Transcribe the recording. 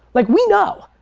like we know,